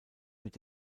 mit